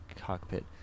cockpit